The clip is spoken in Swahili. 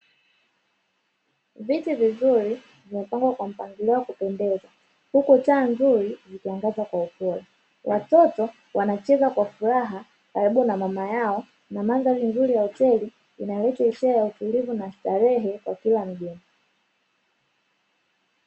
Viti vizuri vimepangwa kwa mpangilio wa kupendeza huku taa nzuri zikiangaza kwa upole watoto wanacheza kwa furaha, karibu na mama yao na mandhari nzuri ya hoteli inaleta hisia ya utulivu na starehe kwa kila mgeni.